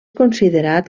considerat